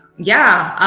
yeah,